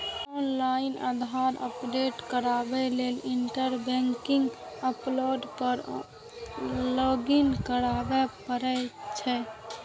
online Aadhaar update कराबै लेल internet banking portal पर लॉगइन करय पड़ै छै